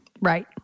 Right